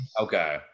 Okay